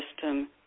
system